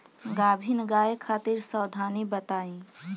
गाभिन गाय खातिर सावधानी बताई?